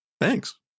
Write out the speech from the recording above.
Thanks